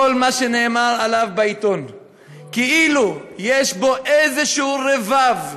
על כל מה שנאמר עליו בעיתון כאילו יש בו איזשהו רבב.